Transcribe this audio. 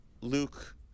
luke